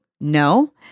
No